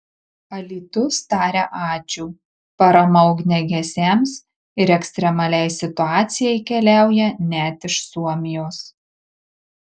alytus taria ačiū parama ugniagesiams ir ekstremaliai situacijai keliauja net iš suomijos